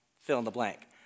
fill-in-the-blank